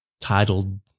titled